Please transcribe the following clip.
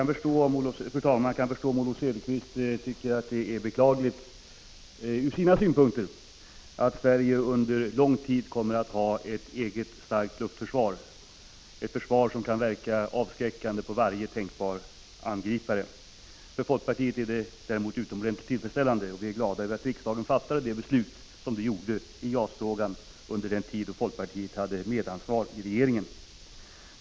Fru talman! Jag kan förstå om Oswald Söderqvist tycker att det är beklagligt ur sina synpunkter att Sverige under lång tid kommer att ha ett starkt eget luftförsvar, som kan verka avskräckande på varje tänkbar angripare. För folkpartiet är detta däremot utomordentligt tillfredsställande, och vi är där glada över det beslut som riksdagen fattade i JAS-frågan under den tid då folkpartiet hade medansvar i regeringen.